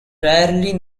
rarely